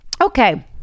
Okay